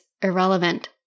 irrelevant